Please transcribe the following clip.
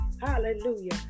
Hallelujah